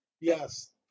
yes